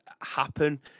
happen